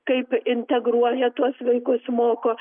kaip integruoja tuos vaikus moko